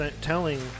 telling